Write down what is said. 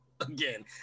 again